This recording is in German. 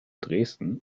dresden